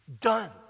done